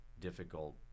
difficult